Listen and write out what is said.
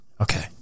Okay